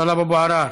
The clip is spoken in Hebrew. טלב אבו עראר,